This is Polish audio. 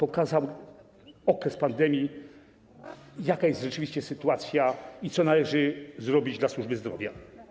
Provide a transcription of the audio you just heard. Okres pandemii pokazał, jaka jest rzeczywiście sytuacja i co należy zrobić dla służby zdrowia.